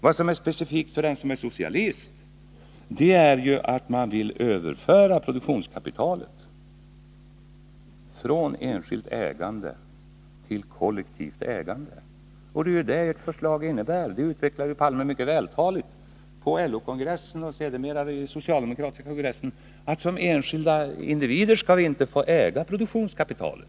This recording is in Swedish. Vad som är specifikt för den som är socialist äratt han vill överföra produktionskapitalet från enskilt ägande till kollektivt ägande — det är vad förslaget innebär. Olof Palme utvecklade mycket vältaligt på LO-kongressen och sedermera på den socialdemokratiska konkressen att vi som enskilda individer inte skall få äga produktionskapitalet.